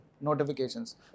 notifications